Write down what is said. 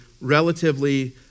relatively